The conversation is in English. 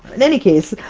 in any case,